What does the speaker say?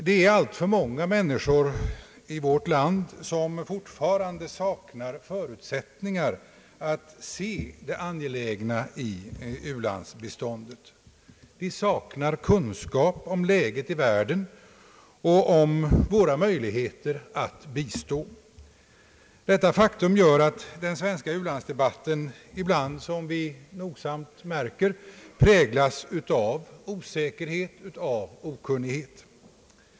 Det är alltför många människor i vårt land som fortfarande saknar förutsättningar att se det angelägna i ulandsbiståndet. De saknar kunskaper om läget i världen och om våra möjligheter att bistå. Detta faktum gör att den svenska u-landsdebatten ibland, som vi nogsamt märker, präglas av osäkerhet och okunnighet.